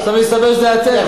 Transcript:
בסוף יסתבר שזה אתם.